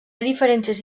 diferències